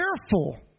careful